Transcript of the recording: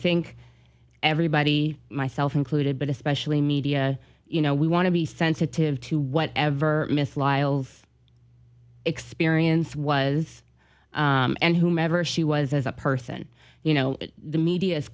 think everybody myself included but especially media you know we want to be sensitive to whatever myth liles experience was and whomever she was as a person you know the media